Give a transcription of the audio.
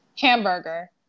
Hamburger